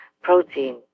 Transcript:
protein